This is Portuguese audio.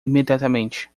imediatamente